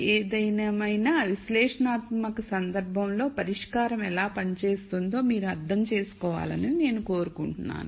ఏదేమైనా విశ్లేషణాత్మక సందర్భంలో పరిష్కారం ఎలా పనిచేస్తుందో మీరు అర్థం చేసుకోవాలని నేను కోరుకుంటున్నాను